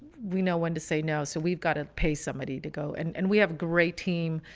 we know when to say no. so we've got to pay somebody to go and and we have great team.